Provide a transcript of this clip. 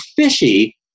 fishy